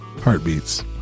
Heartbeats